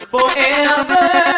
Forever